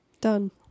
done